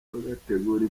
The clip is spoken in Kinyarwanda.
bagategura